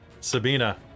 Sabina